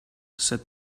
said